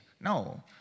No